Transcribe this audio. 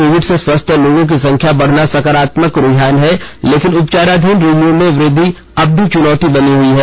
Covid से स्वस्थ लोगों की संख्या बढ़ना सकारात्मक रूझान है लेकिन उपचाराधीन रोगियों में वृद्वि अब भी चुनौती बनी हुई है